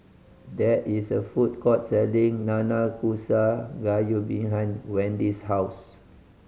there is a food court selling Nanakusa Gayu behind Wendy's house